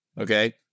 Okay